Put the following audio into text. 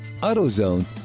AutoZone